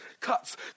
cuts